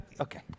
Okay